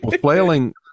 flailing